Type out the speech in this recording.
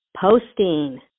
posting